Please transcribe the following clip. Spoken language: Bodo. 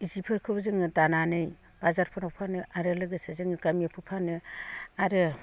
जिफोरखौ जोङो दानानै बाजारफोराव फानो आरो लोगोसे जोंनि गामियाव फानो आरो